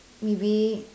maybe